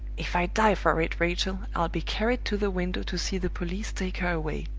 if i die for it, rachel, i'll be carried to the window to see the police take her away!